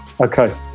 Okay